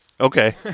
Okay